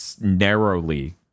narrowly